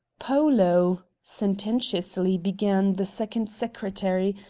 polo, sententiously began the second secretary,